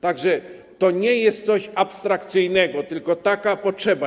Tak że to nie jest coś abstrakcyjnego, tylko jest taka potrzeba.